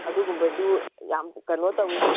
ꯑꯗꯨꯒꯨꯝꯕꯁꯨ ꯌꯥꯝ ꯀꯩꯅꯣ ꯇꯧꯏ